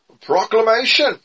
proclamation